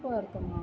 కోరుతున్నాము